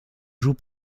joue